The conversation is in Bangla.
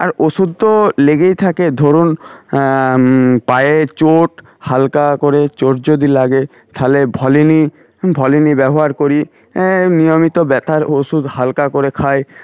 আর ওষুধ তো লেগেই থাকে ধরুন পায়ের চোট হালকা করে চোট যদি লাগে তাহলে ভলিনি ভলিনি ব্যবহার করি নিয়মিত ব্যথার ওষুধ হালকা করে খাই